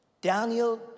Daniel